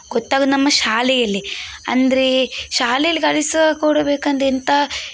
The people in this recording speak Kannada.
ಗೊತ್ತಾಗೋದು ನಮ್ಮ ಶಾಲೆಯಲ್ಲಿ ಅಂದರೆ ಶಾಲೆಯಲ್ಲಿ ಕಲಿಸೋ ಕೊಡಬೇಕೆಂದ್ರೆ ಎಂಥ